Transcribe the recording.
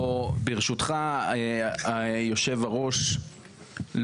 או ברשותך יושב הראש,